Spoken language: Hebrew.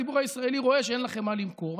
הציבור הישראלי רואה שאין לכם מה למכור.